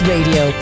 Radio